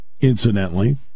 incidentally